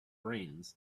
brains